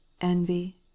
envy